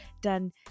done